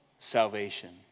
salvation